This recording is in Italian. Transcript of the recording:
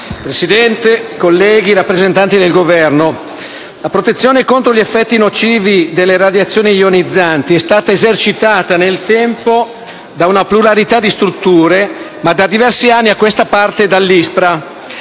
Presidente, colleghi, rappresentanti del Governo, la protezione contro gli effetti nocivi delle radiazioni ionizzanti è stata esercitata nel tempo da una pluralità di strutture, ma da diversi anni a questa parte dall'ISPRA.